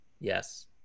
Yes